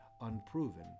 unproven